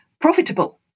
profitable